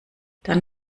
dann